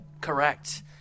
Correct